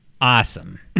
awesome